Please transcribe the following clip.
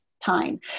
time